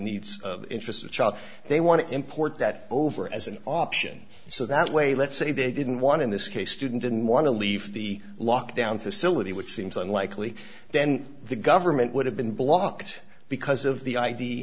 needs of interest a child they want to import that over as an option so that way let's say they didn't want in this case student didn't want to leave the lockdown facility which seems unlikely then the government would have been blocked because of the i